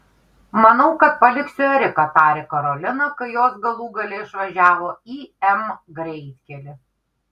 manau kad paliksiu eriką tarė karolina kai jos galų gale išvažiavo į m greitkelį